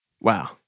Wow